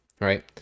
right